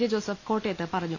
J Joseph കോട്ടയത്ത് പറഞ്ഞു